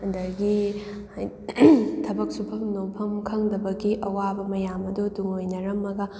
ꯑꯗꯒꯤ ꯊꯕꯛ ꯁꯨꯐꯝ ꯅꯣꯝꯐꯝ ꯈꯪꯗꯕꯒꯤ ꯑꯋꯥꯕ ꯃꯌꯥꯝ ꯑꯗꯨ ꯇꯨꯡꯑꯣꯏꯅꯔꯝꯃꯒ